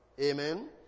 Amen